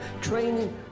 Training